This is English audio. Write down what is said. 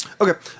Okay